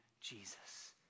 Jesus